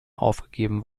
aufgegeben